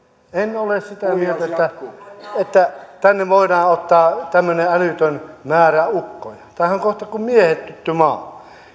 en ole sitä mieltä että tänne voidaan ottaa tämmöinen älytön määrä ukkoja tämähän on kohta kuin miehitetty maa